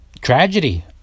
tragedy